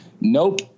Nope